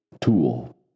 tool